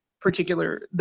particular